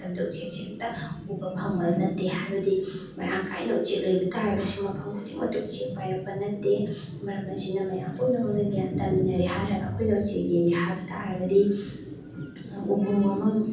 ꯎꯆꯦꯛꯁꯤ ꯍꯦꯛꯇ ꯎꯕ ꯐꯪꯕ ꯅꯠꯇꯦ ꯍꯥꯏꯕꯗꯤ ꯃꯔꯥꯡ ꯀꯥꯏꯅ ꯎꯆꯦꯛ ꯂꯩꯕ ꯇꯥꯔꯒꯁꯨ ꯃꯐꯝ ꯈꯨꯗꯤꯡꯃꯛꯇ ꯎꯆꯦꯛ ꯄꯥꯏꯔꯛꯄ ꯅꯠꯇꯦ ꯃꯔꯝ ꯑꯁꯤꯅ ꯃꯌꯥꯝ ꯄꯨꯝꯅꯃꯛꯅ ꯒ꯭ꯌꯥꯟ ꯇꯥꯃꯤꯟꯅꯔꯦ ꯍꯥꯏꯔꯒ ꯑꯩꯈꯣꯏꯅ ꯎꯆꯦꯛ ꯌꯦꯡꯒꯦ ꯍꯥꯏꯕ ꯇꯥꯔꯒꯗꯤ ꯎꯃꯪ ꯋꯥꯃꯪ